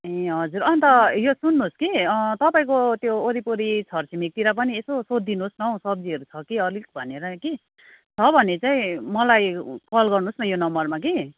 ए हजुर अन्त यो सुन्नुहोस् कि तपाईँको त्यो वरिपरि छरछिमेकीतिर पनि यसो सोधिदिनु होस् न हौ सब्जीहरू छ कि अलिक भनेर कि छ भने चाहिँ मलाई कल गर्नुहोस् न यो नम्बर कि